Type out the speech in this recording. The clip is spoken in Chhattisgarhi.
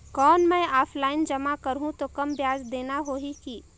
कौन मैं ऑफलाइन जमा करहूं तो कम ब्याज देना होही की?